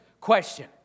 question